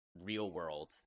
real-world